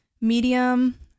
medium